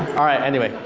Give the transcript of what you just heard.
all right, anyway.